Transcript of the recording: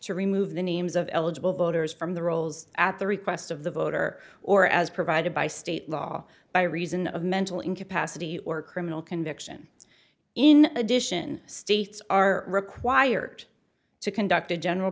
to remove the names of eligible voters from the rolls at the request of the voter or as provided by state law by reason of mental incapacity or criminal conviction in addition states are required to conduct a general